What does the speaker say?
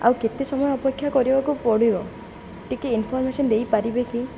ଆଉ କେତେ ସମୟ ଅପେକ୍ଷା କରିବାକୁ ପଡ଼ିବ ଟିକେ ଇନଫର୍ମେସନ୍ ଦେଇପାରିବେ କି